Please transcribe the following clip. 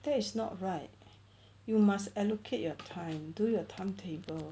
that is not right you must allocate your time do your timetable